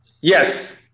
Yes